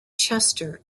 chester